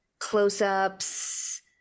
close-ups